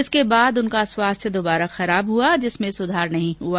इसके बाद उनका स्वास्थ्य दोबारा खराब हुआ जिसमें सुधार नहीं हुआ